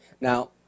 Now